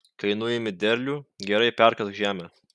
kai nuimi derlių gerai perkask žemę